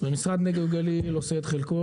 ומשרד נגב וגליל עושה את חלקו.